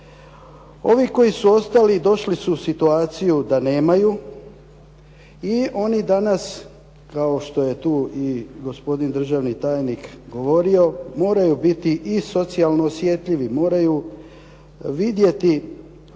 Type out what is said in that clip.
Ovi koji su ostali došli su u situaciju da nemaju i oni danas kao što je tu i gospodin državni tajnik govorio, moraju biti i socijalno osjetljivi, moraju vidjeti